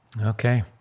Okay